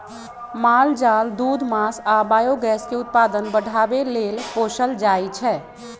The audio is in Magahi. माल जाल दूध मास आ बायोगैस के उत्पादन बढ़ाबे लेल पोसल जाइ छै